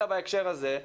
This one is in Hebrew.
אלא בהקשר הזה,